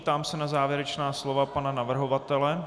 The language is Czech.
Ptám se na závěrečná slova pana navrhovatele.